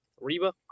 Reba